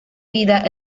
vida